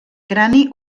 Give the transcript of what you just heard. crani